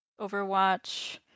Overwatch